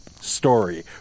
story